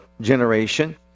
generation